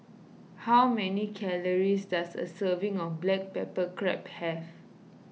how many calories does a serving of Black Pepper Crab have